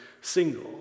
single